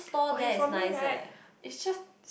okay for me right it's just